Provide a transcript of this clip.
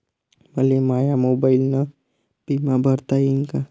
मले माया मोबाईलनं बिमा भरता येईन का?